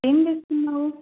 ఏం చేస్తున్నావు